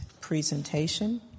presentation